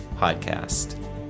podcast